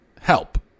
Help